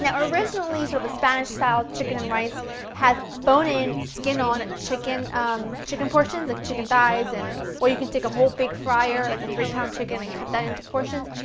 originally, sort of a spanish style chicken and rice has bone-in, skin-on and chicken um chicken portions like chicken thighs and or you could take a whole big fryer, like a three pound chicken and cut that into portions.